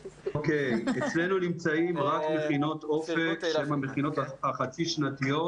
אצלנו נמצאים רק מכינות אופק שהן המכינות החצי-שנתיות,